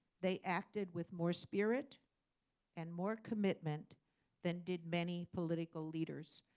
they acted with more spirit and more commitment than did many political leaders.